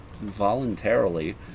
voluntarily